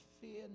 Fear